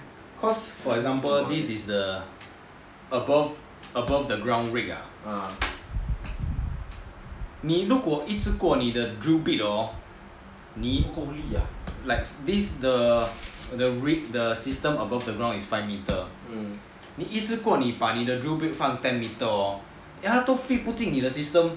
cause for example this is the above the ground reek ah 你如果一直过你的 drill brit hor like this err the system above the ground is five metres 你一直过把你的 drill brit 放 ten metres hor then 他都 fit 不进你的 system